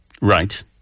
right